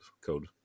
code